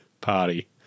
party